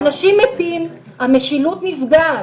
אנשים מתים, המשילות נפגעת.